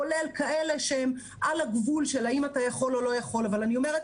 כולל כאלה שהם על הגבול של האם אתה יכול או לא יכול ללמד.